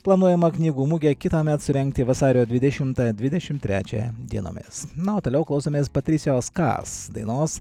planuojama knygų mugę kitąmet surengti vasario dvidešimtą dvidešimt trečią dienomis na o toliau klausomės patricijos kas dainos